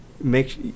make